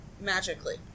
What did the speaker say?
magically